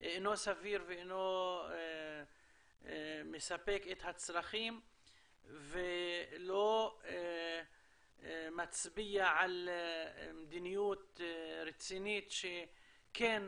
סביר ואינו מספק את הצרכים ולא מצביע על מדיניות רצינית שכן